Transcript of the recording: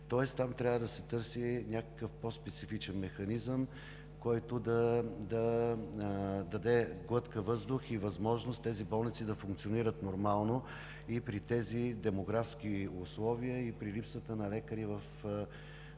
Тоест там трябва да се търси някакъв по-специфичен механизъм, който да даде глътка въздух и възможност тези болници да функционират нормално и при тези демографски условия, и при липсата на лекари в този